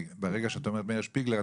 וברגע שאת אומרת מאיר שפיגלר,